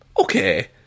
Okay